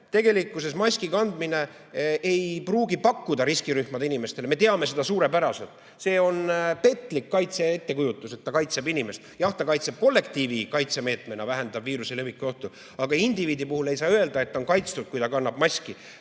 tegelikkuses maski kandmine ei pruugi pakkuda, eriti riskirühmade inimestele. Me teame seda suurepäraselt. See on petlik kaitse, petlik ettekujutus, et ta kaitseb inimest. Jah, ta kaitseb kollektiivi, kaitsemeetmena vähendab viiruse leviku ohtu, aga indiviidi puhul ei saa öelda, et ta on kaitstud, kui ta kannab maski,